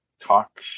talk